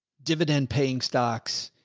dividend paying stocks.